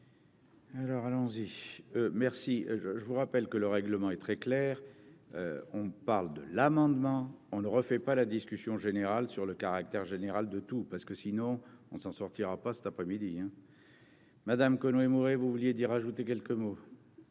Alors, allons-y, merci, je vous rappelle que le règlement est très clair : on parle de l'amendement on ne refait pas la discussion générale sur le caractère général de tous parce que sinon on s'en sortira pas cet après-midi, hein Madame Conway Mouret, vous vouliez dire ajouter quelques mots.